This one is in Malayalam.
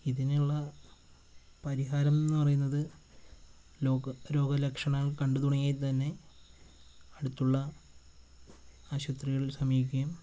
ഇതിനുള്ള പരിഹാരം എന്ന് പറയുന്നത് രോഗ രോഗലക്ഷണങ്ങൾ കണ്ടുതുടങ്ങിയാൽ തന്നെ അടുത്തുള്ള ആശുപത്രികളിൽ സമീപിക്കുകയും